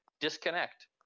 disconnect